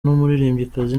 n’umuririmbyikazi